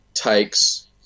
takes